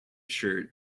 shirt